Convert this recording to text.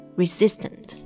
resistant